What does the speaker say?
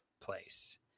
place